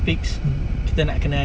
mm